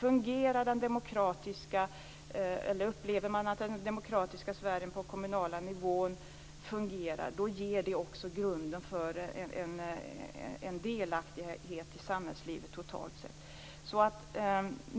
Om man upplever att den demokratiska sfären på kommunal nivå fungerar ger det också grunden för en delaktighet i samhällslivet totalt sett.